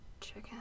chicken